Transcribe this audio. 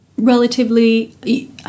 Relatively –